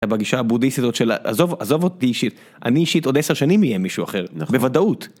בגישה הבודדיסטית של עזוב עזוב אותי אישית אני אישית עוד 10 שנים יהיה מישהו אחר בוודאות.